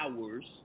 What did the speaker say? hours